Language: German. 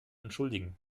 entschuldigen